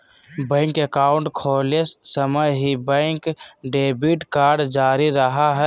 bank account खोले समय ही, बैंक डेबिट कार्ड जारी करा हइ